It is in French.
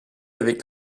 avec